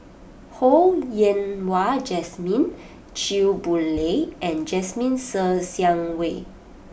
Ho Yen Wah Jesmine Chew Boon Lay and Jasmine Ser Xiang Wei